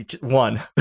one